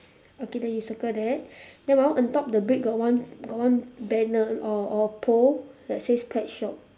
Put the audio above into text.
okay then you circle that then my one on top the brick got one got one banner or or pole that says pet shop